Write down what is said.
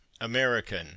american